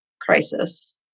crisis